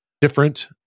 different